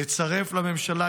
רבות.